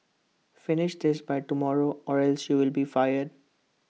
finish this by tomorrow or else you'll be fired